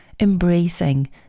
embracing